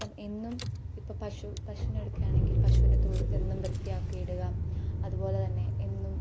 ഇപ്പം എന്നും ഇപ്പം പശു പശുവിനെ എടുക്കുകയാണെങ്കിൽ പശുവിൻ്റെ തൊഴുത്ത് എന്നും വൃത്തിയാക്കി ഇടുക അതുപോലെത്തന്നെ എന്നും